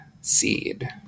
seed